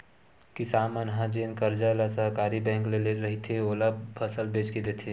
किसान मन ह जेन करजा ल सहकारी बेंक ले रहिथे, ओला फसल बेच के देथे